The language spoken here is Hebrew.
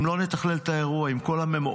אם לא נתכלל את האירוע עם כל המעורבים,